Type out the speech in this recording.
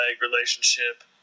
relationship